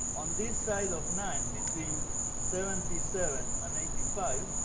on this side of ninth, between seventy seventh and eighty five,